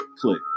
Click